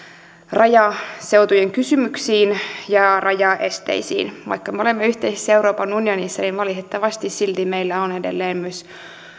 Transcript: rajaseutujen kysymyksiin ja rajaesteisiin vaikka me olemme yhteisessä euroopan unionissa niin valitettavasti silti meillä on edelleen myös